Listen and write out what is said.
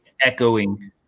echoing